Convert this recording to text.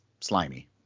slimy